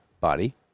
body